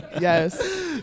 yes